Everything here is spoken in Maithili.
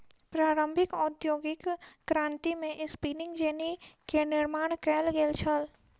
प्रारंभिक औद्योगिक क्रांति में स्पिनिंग जेनी के निर्माण कयल गेल छल